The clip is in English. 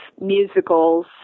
musicals